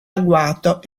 agguato